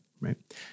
right